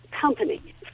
company